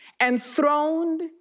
enthroned